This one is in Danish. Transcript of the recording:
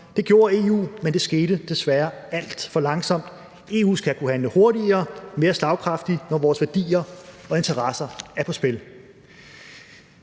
Det gjorde i EU, men det skete desværre alt for langsomt. EU skal kunne handle hurtigere, mere slagkraftigt, når vores værdier og interesser er på spil.